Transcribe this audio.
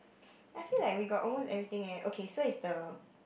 I feel like we got almost everything eh okay so is the